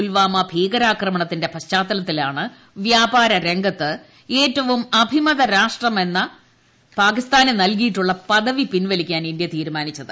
പൂൽവാമ ഭീകരാക്രമണത്തിന്റെ പശ്ചാത്തലത്തിലാണ് വ്യാപാര രംഗത്ത് ഏറ്റവും അഭിമത രാഷ്ട്രമെന്ന് പാകിസ്ഥാൻ നൽകിയിട്ടുള്ള പദവി പിൻവലിക്കാൻ ഇന്ത്യ തീരുമാനിച്ചത്